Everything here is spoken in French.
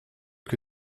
que